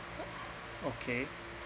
okay